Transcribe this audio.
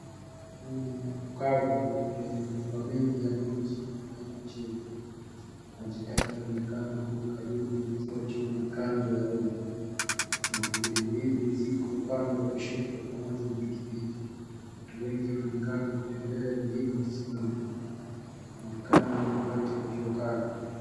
Eneo kavu lenye mabungo mengi ya maji limewekwa chini. Majitaka inaonekana hapo karibu ukiwa juu na kando ya reli. Mwavuli mbili ziko upande wa kushoto pamoja na pikipiki. Watu wengi wanonekana kutembea wengine wakisimama. Wamekaa na ni wakati wa jua kali.